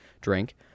drink